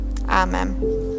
Amen